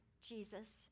Jesus